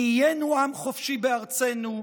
נהיינו עם חופשי בארצנו.